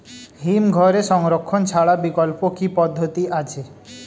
হিমঘরে সংরক্ষণ ছাড়া বিকল্প কি পদ্ধতি আছে?